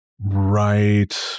Right